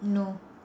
no